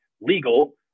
legal